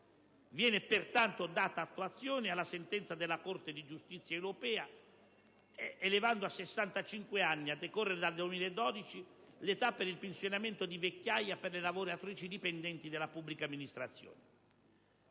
Viene data attuazione alla sentenza della Corte di giustizia europea elevando a 65 anni, a decorrere dal 2012, l'età per il pensionamento di vecchiaia per le lavoratrici dipendenti della pubblica amministrazione.